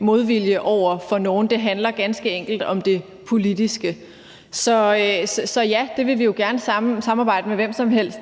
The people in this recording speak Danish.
modvilje over for nogen, for det handler ganske enkelt om det politiske. Så ja, det vil vi gerne samarbejde med hvem som helst